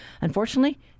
Unfortunately